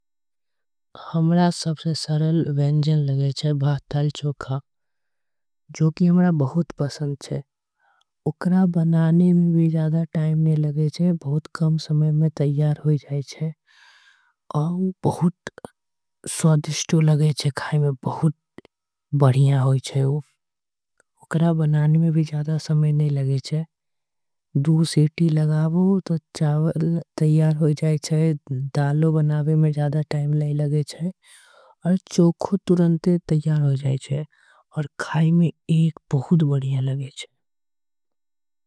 हमरा मनपसंद व्यंजन छे दाल भात चोखा। ओकरा बनाए में जादा टाइम नि लगे छे। बहुत कम समय में तैयार हो जाई छे बहुत स्वादिष्ट लगे छे खाए में बहुत बढ़िया लगे छे। बनाए में कम समय लगे छे दु सिटी लगाबो। त चावल तैयार होई जाई छे चोखा तुरंत तैयार। होई जाई छे खाए में बहुत बढ़िया लगे छे।